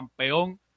campeón